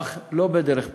אך לא בדרך פלא,